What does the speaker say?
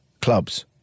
clubs